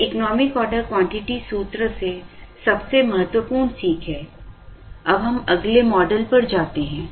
यह economic order quantity सूत्र से सबसे महत्वपूर्ण सीख है अब हम अगले मॉडल पर जाते हैं